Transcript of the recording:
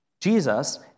Jesus